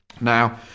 Now